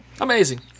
Amazing